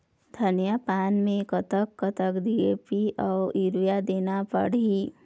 धनिया पान मे कतक कतक डी.ए.पी अऊ यूरिया देना पड़ही?